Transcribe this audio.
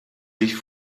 sich